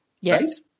Yes